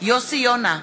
יוסי יונה,